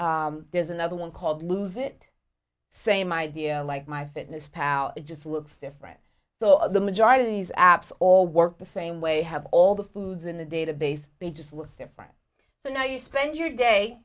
there's another one called lose it same idea like my fitness pal it just looks different so the majority these apps all work the same way have all the foods in the database they just look different so now you spend your day